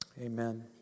Amen